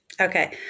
Okay